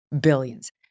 billions